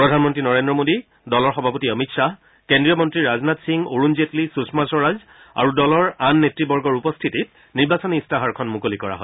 প্ৰধানমন্ত্ৰী নৰেন্দ্ৰ মোদী দলৰ সভাপতি অমিত খাহ কেন্দ্ৰীয় মন্ত্ৰী ৰাজনাথ সিং অৰুণ জেটলি সুষমা স্বৰাজ আৰু দলৰ আন নেত্বৰ্গৰ উপস্থিতিত নিৰ্বাচনী ইস্তাহাৰখন মুকলি কৰা হয়